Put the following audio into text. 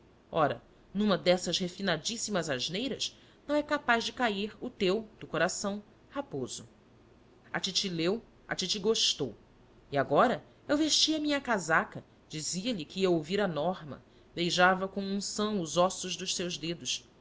ora numa dessas refinadíssimas asneiras não é capaz de cair o teu do c raposo a titi leu a titi gostou e agora eu vestia a minha casaca dizia-lhe que ia ouvir a norma beijava com unção os ossos dos seus dedos